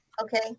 Okay